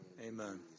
Amen